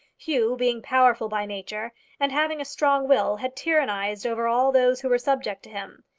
hugh, being powerful by nature and having a strong will, had tyrannized over all those who were subject to him.